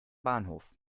bahnhof